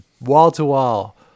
wall-to-wall